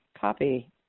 copy